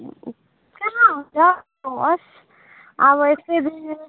कहाँ हुन्छ होस् अब एक सय रुपियाँ